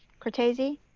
cortese,